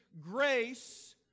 grace